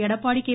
Edappadi K